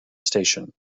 station